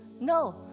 No